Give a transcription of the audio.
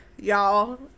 y'all